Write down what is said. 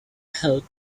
help